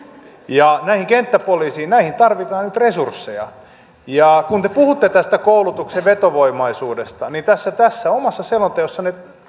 ja näihin kenttäpoliiseihin tarvitaan nyt resursseja kun te puhutte tästä koulutuksen vetovoimaisuudesta niin tässä tässä omassa selonteossanne